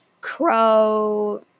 Crow